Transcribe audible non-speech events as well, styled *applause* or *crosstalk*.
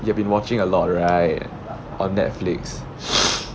you have been watching a lot right on Netflix *breath*